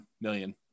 million